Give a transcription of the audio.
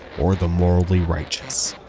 or the morally righteous.